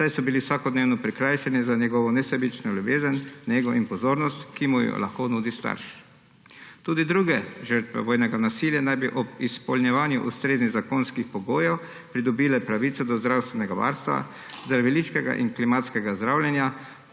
saj so bili vsakodnevno prikrajšani za njegovo nesebično ljubezen, nego in pozornost, ki mu jo lahko nudi starš. Tudi druge žrtve vojnega nasilja naj bi ob izpolnjevanju ustreznih zakonskih pogojev pridobile pravico do zdravstvenega varstva, zdraviliškega in klimatskega zdravljenja,